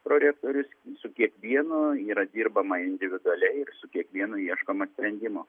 prorektorius su kiekvienu yra dirbama individualiai ir su kiekvienu ieškoma sprendimo